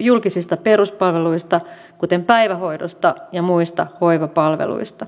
julkisista peruspalveluista kuten päivähoidosta ja muista hoivapalveluista